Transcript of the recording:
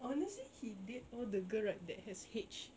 honestly he date all the girl right that has H